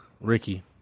Ricky